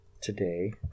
today